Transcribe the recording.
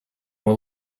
will